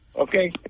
Okay